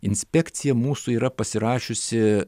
inspekcija mūsų yra pasirašiusi